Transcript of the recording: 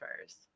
first